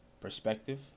Perspective